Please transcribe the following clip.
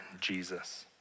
Jesus